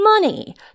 money